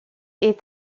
est